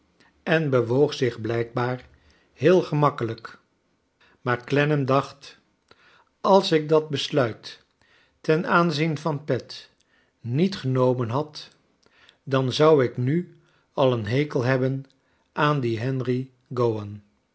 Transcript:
en bewoog zich blijkbaar heel gemakkelijk maar clennam dacht als ik dat besluit ten aanzien van pet niet genomen had dan zou ik nu al een hekel hebben aan dien henry gowan